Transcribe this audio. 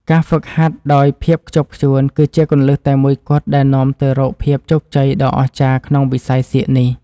ការហ្វឹកហាត់ដោយភាពខ្ជាប់ខ្ជួនគឺជាគន្លឹះតែមួយគត់ដែលនាំទៅរកភាពជោគជ័យដ៏អស្ចារ្យក្នុងវិស័យសៀកនេះ។